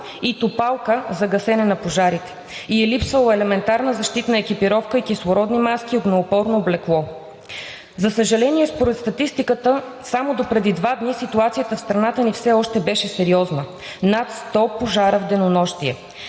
и тупалка за гасене на пожарите и е липсвала елементарна защитна екипировка – кислородни маски и огнеупорно облекло. За съжаление, според статистиката само допреди два дни ситуацията в страната ни все още беше сериозна – над 100 пожара в денонощие,